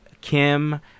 Kim